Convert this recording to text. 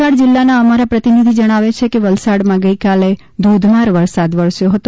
વલસાડ જિલ્લાના અમારા પ્રતિનિધી જણાવે છે કે વલસાડમાં આજે ધોધમાર વરસાદ થયો હતો